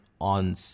on